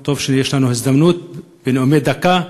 טוב שיש לנו הזדמנות, בנאומי דקה,